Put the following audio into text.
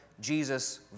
Jesus